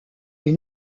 les